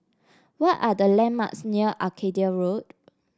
what are the landmarks near Arcadia Road